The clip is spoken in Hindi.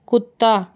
कुत्ता